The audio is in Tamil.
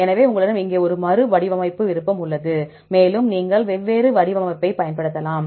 எனவே உங்களிடம் இங்கே ஒரு மறுவடிவமைப்பு விருப்பம் உள்ளது மேலும் நீங்கள் வெவ்வேறு வடிவமைப்பைப் பயன்படுத்தலாம்